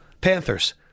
Panthers